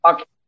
Okay